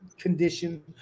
Condition